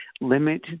limit